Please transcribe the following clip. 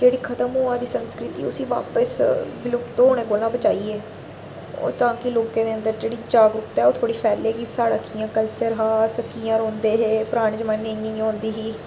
जेह्ड़ी खत्म होऐ दी संस्कृति उसी बापस विलुप्त होने कोलां बचाइयै ताकि लोकें दे अंदर जेह्ड़ी जागरुकता ऐ ओह् थोह्ड़ी फैले कि साढ़ै कियां कल्चर हा अस कि'यां रौंह्दे हे पराने जमाने इ'यां इ'यां होंदी ही